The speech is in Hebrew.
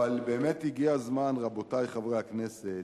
אבל, באמת, הגיע הזמן, רבותי חברי הכנסת,